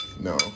No